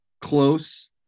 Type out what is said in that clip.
close